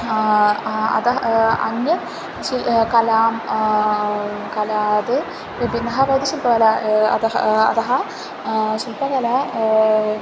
अतः अन्यत् च कलां कलात् विभिन्नः भवति शिल्पकला अतः अतः शिल्पकला